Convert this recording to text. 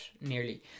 nearly